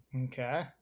Okay